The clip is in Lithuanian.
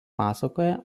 pasakoja